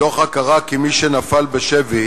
מתוך הכרה שמי שנפל בשבי